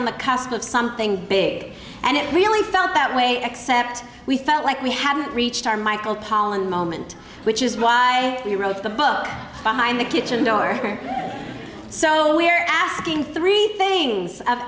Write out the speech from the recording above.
on the cusp of something big and it really felt that way except we felt like we hadn't reached our michael pollan moment which is why we wrote the book behind the kitchen door so we're asking three things